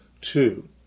two